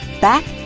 back